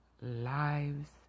lives